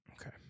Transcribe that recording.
Okay